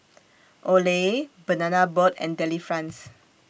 Olay Banana Boat and Delifrance